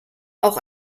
auch